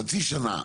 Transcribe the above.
חצי שנה,